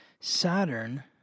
Saturn